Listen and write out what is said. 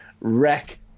Wreck